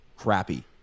Crappy